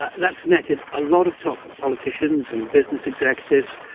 ah that's netted a lot of top politicians and business executives,